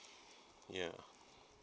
ya